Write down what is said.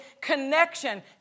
connection